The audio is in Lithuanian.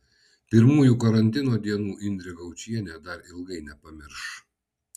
pirmųjų karantino dienų indrė gaučienė dar ilgai nepamirš